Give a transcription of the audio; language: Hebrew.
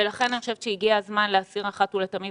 ולכן אני חושבת שהגיע הזמן להסיר אחת ולתמיד